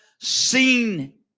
seen